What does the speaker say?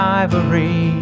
ivory